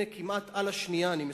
הנה, כמעט על השנייה אני מסיים.